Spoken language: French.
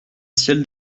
ciel